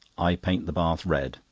i paint the bath red,